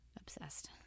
obsessed